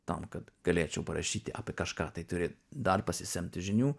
tam kad galėčiau parašyti apie kažką tai turi dar pasisemti žinių